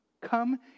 Come